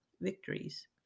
victories